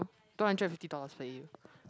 two hundred and fifty dollars per A_U